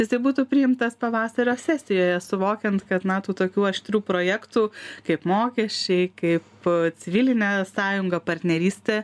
isai būtų priimtas pavasario sesijoje suvokiant kad na tų tokių aštrių projektų kaip mokesčiai kaip civilinė sąjunga partnerystė